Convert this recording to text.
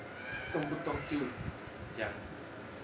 动不动就讲